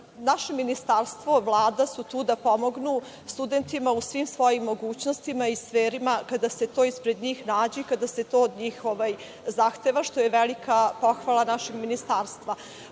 naše ministarstvo i Vlada su tu da pomognu studentima u svim svojim mogućnostima i sferama, kada se to ispred njih nađe i kada se to od njih zahteva, što je velika pohvala našeg ministarstva. Znači,